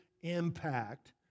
impact